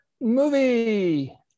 movie